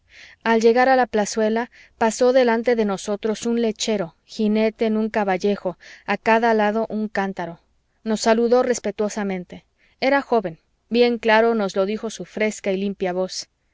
al llegar a la plazuela pasó delante de nosotros un lechero jinete en un caballejo a cada lado un cántaro nos saludó respetuosamente era joven bien claro nos lo dijo su fresca y limpia voz